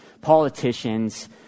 politicians